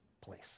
place